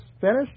finished